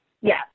Yes